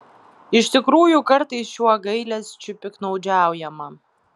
iš tikrųjų kartais šiuo gailesčiu piktnaudžiaujama